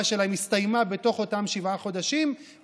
שלהם הסתיימה בתוך אותם שבעה חודשים,